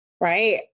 right